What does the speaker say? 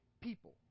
people